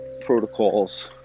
protocols